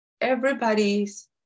Everybody's